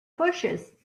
bushes